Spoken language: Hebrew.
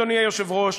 אדוני היושב-ראש,